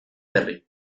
berri